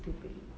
stupid